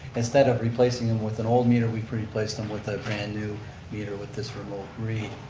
instead of replacing them with an old meter, we replaced them with a brand new meter with this remote read.